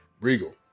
regal